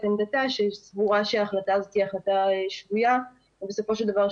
עמדתה שהיא סבורה שההחלטה הזאת היא החלטה שגויה ובסופו של דבר,